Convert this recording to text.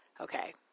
okay